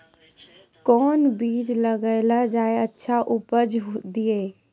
कोंन बीज लगैय जे अच्छा उपज दिये?